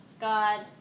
God